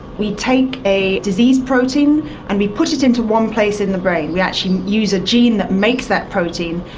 we take a disease protein and we put it into one place in the brain. we actually use a gene that makes that protein,